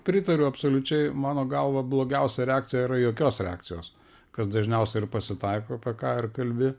pritariu absoliučiai mano galva blogiausia reakcija yra jokios reakcijos kas dažniausia ir pasitaiko apie ką ir kalbi